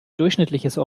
durchschnittliches